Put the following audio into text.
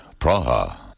Praha